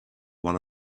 one